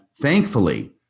thankfully